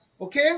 Okay